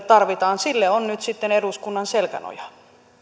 tarvitaan sille on nyt sitten eduskunnan selkänoja